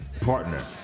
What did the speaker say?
partner